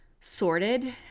sorted